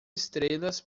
estrelas